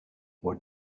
what